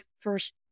first